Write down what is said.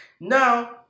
now